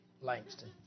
Langston